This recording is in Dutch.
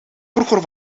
vroeger